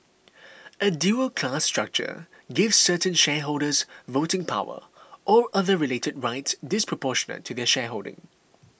a dual class structure gives certain shareholders voting power or other related rights disproportionate to their shareholding